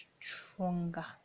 stronger